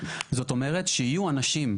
זאת אומרת שיהיו אנשים,